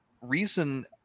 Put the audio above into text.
reason